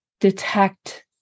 detect